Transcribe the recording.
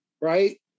right